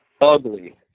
ugly